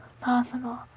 possible